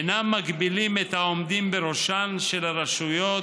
מגבילים את העומדים בראשן של הרשויות,